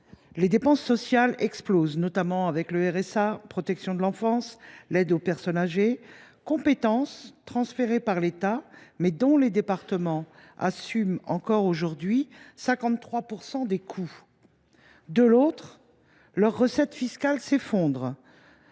les dépenses sociales explosent, avec notamment le financement du RSA, la protection de l’enfance, l’aide aux personnes âgées – autant de compétences transférées par l’État, mais dont les départements assument encore aujourd’hui 53 % des coûts. De l’autre, les recettes fiscales s’effondrent,